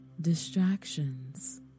distractions